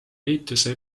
ehituse